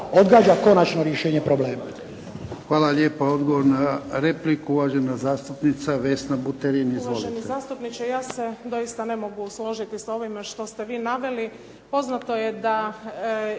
odgađa konačno rješenje problema.